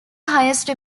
highest